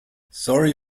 sorry